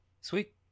sweet